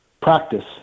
practice